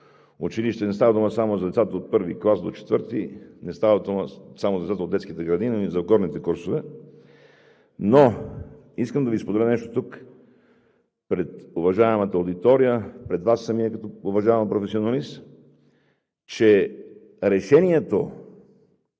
училище – не става дума само за децата от I до IV клас, не става дума само за децата от детските градини, но и за горните курсове. Но искам да споделя нещо пред уважаемата аудитория, пред Вас самия като уважаван професионалист, че решението